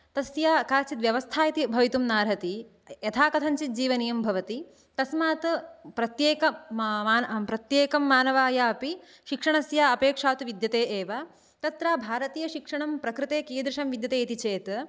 तस्य काचित् व्यवस्था इति भवितुं नार्हति यथा कथञ्चित् जीवनीयं भवति तस्मात् प्रत्येक मान प्रत्येकं मानवाय अपि शिक्षणस्य अपेक्षा तु विद्यते एव तत्र भारतीयशिक्षणं प्रकृते कीदृशं विद्यते इति चेत्